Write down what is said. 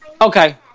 Okay